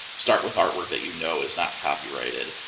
start with artwork that you know is not copyrighted.